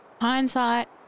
Hindsight